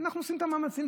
אנחנו עושים את המאמצים,